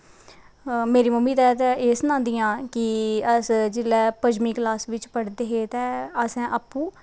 मेरी मम्मी तां एह् सनांदियां कि अस जिसलै पंजमीं कलास बिच्च पढ़ेदे हे तां असें अप्पूं कपड़े